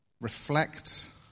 reflect